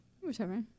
whichever